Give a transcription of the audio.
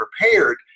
prepared